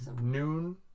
Noon